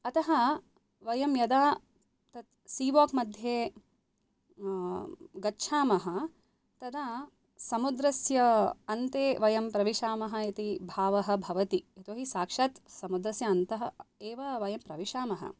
अत वयं यदा सी वाक् मध्ये गच्छाम तदा समुद्रस्य अन्ते वयं प्रविशाम इति भाव भवति यतो हि साक्षात् समुद्रस्य अन्त एव प्रविशाम